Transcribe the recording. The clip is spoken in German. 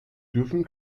dürfen